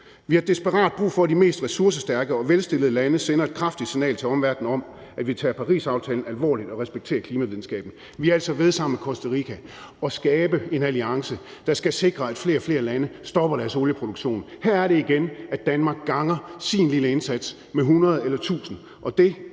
Vi har desperat brug for, at de mest ressourcestærke og velstillede lande sender et kraftigt signal til omverdenen om, at vi tager Parisaftalen alvorligt og respekterer klimavidenskaben.« Vi er altså ved sammen med Costa Rica at skabe en alliance, der skal sikre, at flere og flere lande stopper deres olieproduktion. Her er det igen, at Danmark ganger sin lille indsats med 100 eller 1.000,